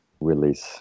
release